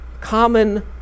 common